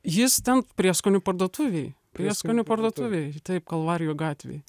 jis ten prieskonių parduotuvėj prieskonių parduotuvėj taip kalvarijų gatvėj